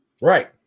Right